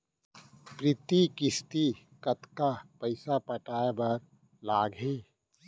प्रति किस्ती कतका पइसा पटाये बर लागही?